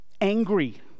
angry